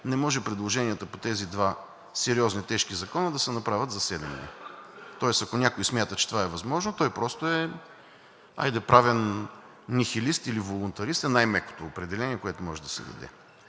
не могат предложенията по тези два сериозни, тежки закона да се направят за седем дни, Тоест, ако някой смята, че това е възможно, той просто е, хайде, правен нихилист или волунтарист е най-мекото определение, което може да се даде.